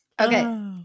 Okay